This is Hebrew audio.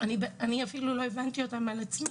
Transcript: שלא הבנתי אותם על עצמי: